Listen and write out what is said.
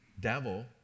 devil